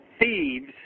thieves